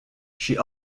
she